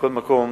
מכל מקום,